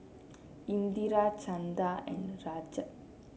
Indira Chanda and Rajat